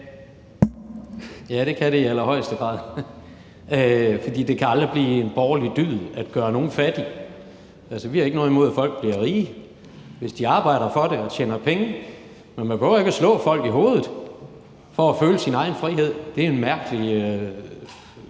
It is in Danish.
Ja, det kan det i allerhøjeste grad, for det kan aldrig blive en borgerlig dyd at gøre nogle fattige. Vi har ikke noget imod, at folk bliver rige, hvis de arbejder for det og tjener penge, men man behøver ikke at slå folk i hovedet for at føle sin egen frihed. Det er en mærkelig